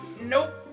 Nope